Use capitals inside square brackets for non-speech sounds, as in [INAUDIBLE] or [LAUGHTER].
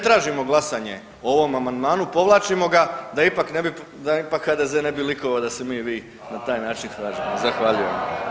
tražimo glasovanje o ovom amandmanu, povlačimo ga da ipak HDZ ne bi likovao da se mi i vi na taj način ... [UNINTELLIGIBLE] Zahvaljujem.